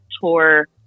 tour